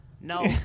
No